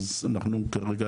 אז אנחנו כרגע,